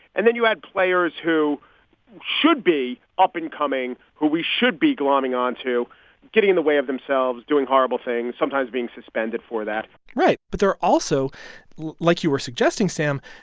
and then you had players who should be up and coming, who we should be glomming onto getting in the way of themselves, doing horrible things, sometimes being suspended for that right. but there are also like you were suggesting sam,